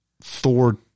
Thor